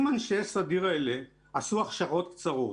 אם אנשי הסדיר האלה עשו הכשרות קצרות,